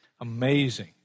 Amazing